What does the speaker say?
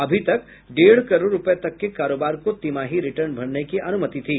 अभी तक डेढ़ करोड़ रुपये तक के कारोबार को तिमाही रिटर्न भरने की अनुमति थी